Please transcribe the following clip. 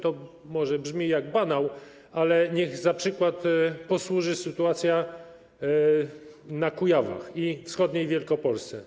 To może brzmi jak banał, ale niech za przykład posłuży sytuacja na Kujawach i we wschodniej Wielkopolsce.